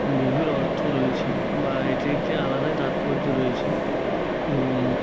গভীর অর্থ রয়েছে বা এটির একটি আলাদাই তাৎপর্য রয়েছে এবং